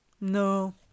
No